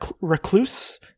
recluse